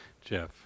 Jeff